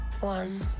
One